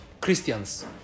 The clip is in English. Christians